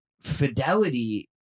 Fidelity